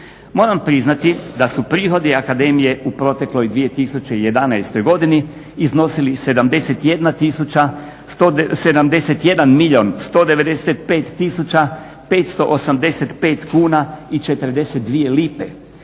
Moram priznati da su prihodi akademije u protekloj 2011. godini iznosili 71 milijun 195 tisuća 585 kuna i 42 lipe.